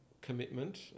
commitment